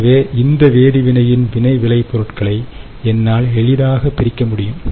எனவே இந்த வேதிவினையின் வினைவிளை பொருட்களை என்னால் எளிதாக பிரிக்க முடியும்